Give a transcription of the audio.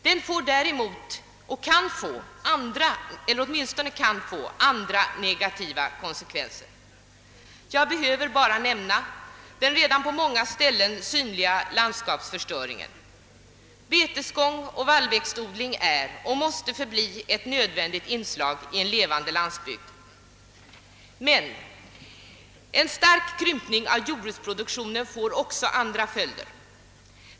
Den får däremot — eller kan åtminstone få — andra negativa konsekvenser. Jag behöver bara nämna den på många ställen redan synliga landskapsförstöringen. Betesgång och vallväxtodling är och måste förbli ett nödvändigt inslag i en levande landsbygd. Men en stark krympning av jordbruksproduktionen får också andra följder.